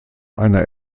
einer